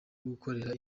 gukorera